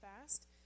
fast